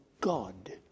God